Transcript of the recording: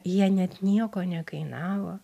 jie net nieko nekainavo